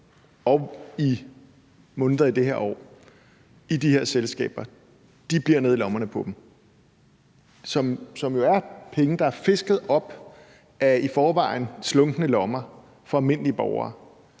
nogle måneder i det her år, i de her selskaber nede i lommerne på dem. Det er jo penge, der er fisket op af i forvejen slunkne lommer på almindelige borgere.